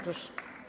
Proszę.